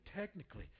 technically